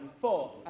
four